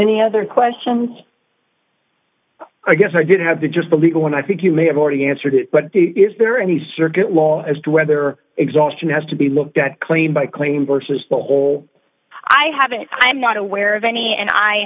any other questions i guess i didn't have the just the legal and i think you may have already answered it but the is there any circuit law d as to whether exhaustion has to be looked at claimed by claim versus the whole i haven't i'm not aware of any and i